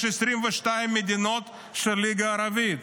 יש 22 מדינות של הליגה הערבית.